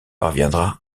parviendra